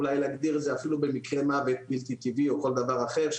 אולי אפילו להגדיר את זה במקרי מוות בלתי טבעי או כל דבר אחר,